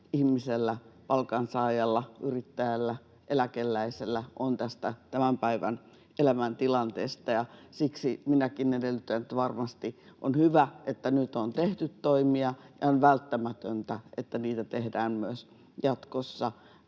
ihmisellä, palkansaajalla, yrittäjällä, eläkeläisellä on tästä tämän päivän elämäntilanteesta. Varmasti on hyvä, että nyt on tehty toimia, ja siksi minäkin edellytän ja on välttämätöntä, että niitä tehdään myös jatkossa